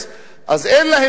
אז אין להם האפשרות,